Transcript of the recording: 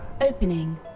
opening